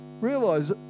realize